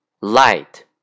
Light